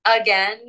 Again